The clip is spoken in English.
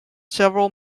several